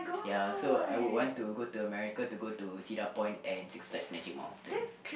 ya so I would want to go to America to go to Cedar Point and Six Flags Magic Mountain